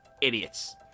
idiots